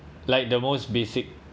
like the most basic